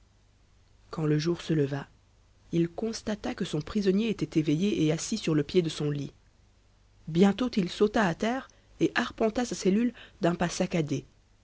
quand le jour se leva il constata que son prisonnier était éveillé et assis sur le pied de son lit bientôt il sauta à terre et arpenta sa cellule d'un pas saccadé